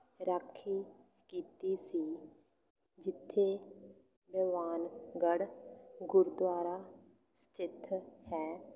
ਰਾਖੀ ਕੀਤੀ ਸੀ ਜਿੱਥੇ ਬਵਾਨਗੜ੍ਹ ਗੁਰਦੁਆਰਾ ਸਥਿਤ ਹੈ